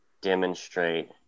demonstrate